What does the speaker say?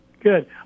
Good